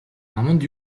аманд